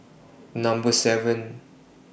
Number seven